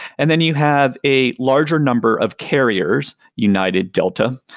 and then you have a larger number of carriers united delta,